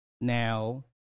Now